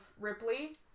Ripley